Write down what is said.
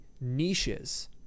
niches